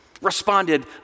responded